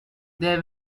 they